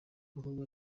abakobwa